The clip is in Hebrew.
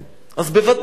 אז ודאי,